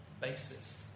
basis